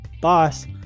boss